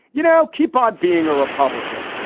you know, keep on being a republican.